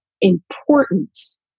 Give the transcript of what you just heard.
importance